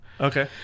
Okay